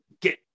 get